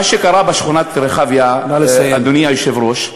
מה שקרה בשכונת רחביה, אדוני היושב-ראש,